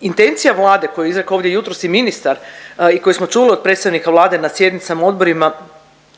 intencija Vlade koju je izrekao ovdje jutros i ministar i koju smo čuli od predsjednika Vlade na sjednicama odborima,